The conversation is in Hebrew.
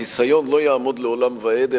החיסיון לא יעמוד לעולם ועד,